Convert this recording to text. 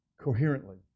coherently